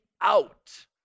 out